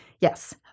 Yes